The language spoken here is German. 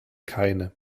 keine